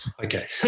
Okay